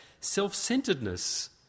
self-centeredness